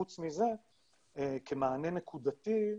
חוץ מזה כמענה נקודתי,